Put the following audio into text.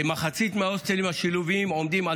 כמחצית מההוסטלים השילוביים עומדים על